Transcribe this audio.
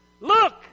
Look